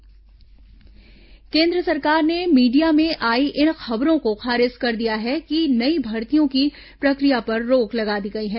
केन्द्र मर्ती खंडन केन्द्र सरकार ने मीडिया में आई इन खबरों को खारिज कर दिया है कि नई भर्तियों की प्रक्रिया पर रोक लगा दी गई है